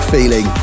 Feeling